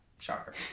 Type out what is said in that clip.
Shocker